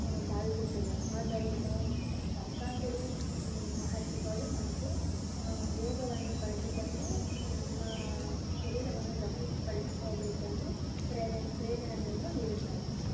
ಭಾವಿಸುತ್ತೇನೆ ಆದ್ದರಿಂದ ಪತಂಜಲಿಯು ಮಹರ್ಷಿಗಳು ನಮಗೆ ಯೋಗವನ್ನು ಕಲಿತುಕೊಂಡು ನಮ್ಮ ಶರೀರವನ್ನು ಗಟ್ಟಿಪಡಿಸ್ಕೋಬೇಕೆಂದು ಪ್ರೇರ ಪ್ರೇರಣೆಗಳನ್ನು ನೀಡುತ್ತಾರೆ